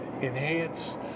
enhance